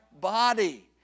body